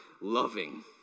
loving